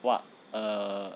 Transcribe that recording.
what err